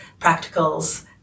practicals